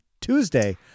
Tuesday